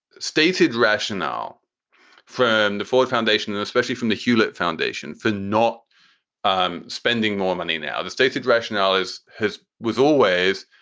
stated rationale from the ford foundation and especially from the hewlett foundation for not um spending more money. now, the stated rationale is has was always.